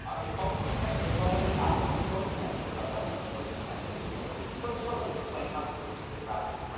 ah the cone contains the probably path of the storm center, but does not show the size of the storm. so they sort of explain how to read the graphic.